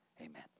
amen